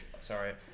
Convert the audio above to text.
sorry